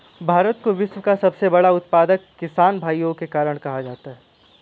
भारत को विश्व का सबसे बड़ा उत्पादक किसान भाइयों के कारण कहा जाता है